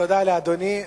תודה לאדוני.